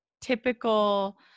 typical